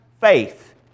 faith